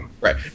Right